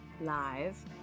live